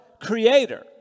creator